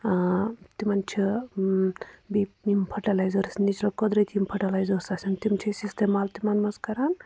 تِمن چھُ بیٚیہِ یِم فَٹیلٲیزٲرٕس نیٚچرُل قۅدرتی یِم فٔٹیلٲیزٲرٕس آسان تِم چِھ أسی استعمال تِمن منٛز کران